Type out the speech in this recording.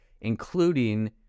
including